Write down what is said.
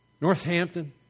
Northampton